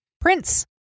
Prince